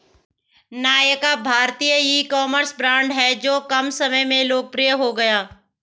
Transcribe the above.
नायका भारतीय ecommerce brand हैं जो कम समय में लोकप्रिय हो गया